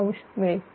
66° मिळेल